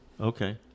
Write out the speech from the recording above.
Okay